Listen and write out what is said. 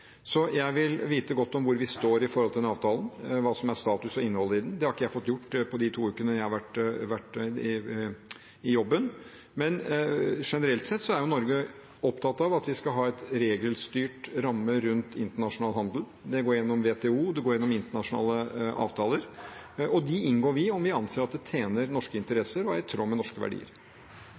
Så jeg vil vite godt om hvor vi står i forhold til den avtalen, hva som er status og innhold i den. Det har jeg ikke fått gjort på de to ukene jeg har vært i jobben. Men generelt sett er Norge opptatt av at vi skal ha en regelstyrt ramme rundt internasjonal handel. Det går gjennom WTO, og det går gjennom internasjonale avtaler, og de inngår vi om vi anser at det tjener norske interesser og er i tråd med norske verdier.